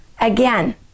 Again